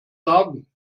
sagen